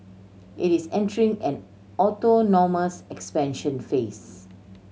it is entering an autonomous expansion phase